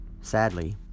Sadly